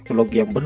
look yeah but